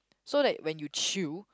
so that when you chew